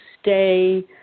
stay